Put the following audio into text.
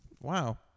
Wow